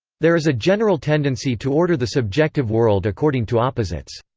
there is a general tendency to order the subjective world according to opposites.